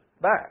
back